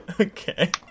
Okay